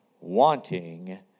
wanting